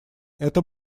это